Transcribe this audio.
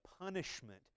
punishment